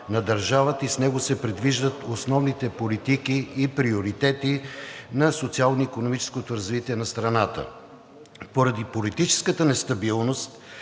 на държавата и с него се предвиждат основните политики и приоритети на социално-икономическото развитие на страната. Поради политическата нестабилност,